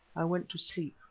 i went to sleep.